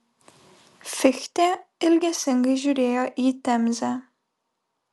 fichtė ilgesingai žiūrėjo į temzę